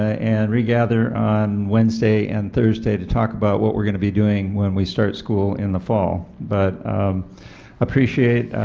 ah and regather on wednesday and thursday to talk about what we are going to be doing when we start school in the fall. but appreciate